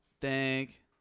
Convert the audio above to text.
thank